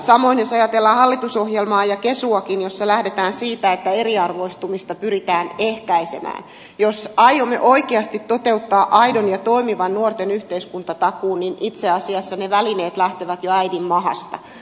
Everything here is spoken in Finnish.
samoin jos ajatellaan hallitusohjelmaa ja kesuakin jossa lähdetään siitä että eriarvoistumista pyritään ehkäisemään jos aiomme oikeasti toteuttaa aidon ja toimivan nuorten yhteiskuntatakuun niin itse asiassa ne välineet lähtevät jo äidin mahasta